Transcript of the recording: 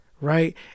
Right